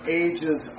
ages